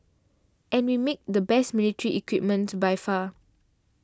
and we make the best military equipment by far